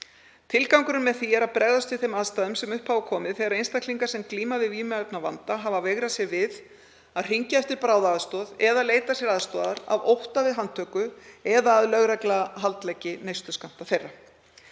Tilgangurinn með því er að bregðast við þeim aðstæðum sem upp hafa komið þegar einstaklingar sem glíma við vímuefnavanda hafa veigrað sér við að hringja eftir bráðaaðstoð eða leita sér aðstoðar af ótta við handtöku eða að lögregla haldleggi neysluskammta þeirra.